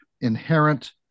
inherent